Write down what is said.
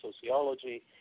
sociology